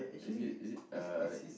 is it is it uh like